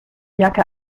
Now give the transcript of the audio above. jacke